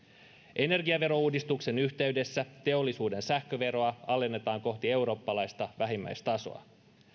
energiaverouudistuksen yhteydessä teollisuuden sähköveroa alennetaan kohti eurooppalaista vähimmäistasoa